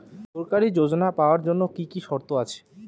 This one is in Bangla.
সরকারী যোজনা পাওয়ার জন্য কি কি শর্ত আছে?